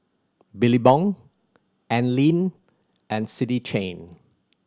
Billabong Anlene and City Chain